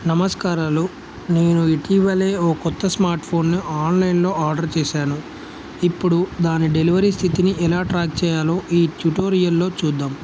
నమస్కారాలు నేను ఇటీవలే ఒక కొత్త స్మార్ట్ ఫోన్ని ఆన్లైన్లో ఆర్డర్ చేశాను ఇప్పుడు దాని డెలివరీ స్థితిని ఎలా ట్రాక్ చేయాలో ఈ ట్యూటోరియల్లో చూద్దాం